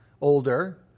older